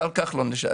השר כחלון.